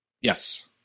Yes